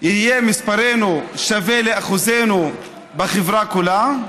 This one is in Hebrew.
יהיה מספרנו שווה לאחוזנו בחברה כולה.